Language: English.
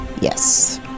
Yes